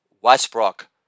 Westbrook